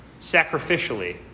sacrificially